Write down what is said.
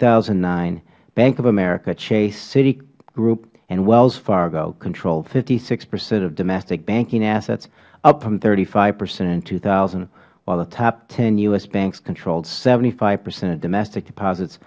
thousand and nine bank of america chase citi group and wells fargo controlled fifty six percent of domestic banking assets up from thirty five percent in two thousand while the top ten u s banks controlled seventy five percent of domestic deposits